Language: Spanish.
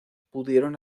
pudieron